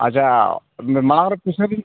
ᱟᱪᱪᱷᱟ ᱢᱟᱲᱟᱝ ᱨᱮ ᱯᱩᱭᱥᱟᱹ ᱵᱤᱱ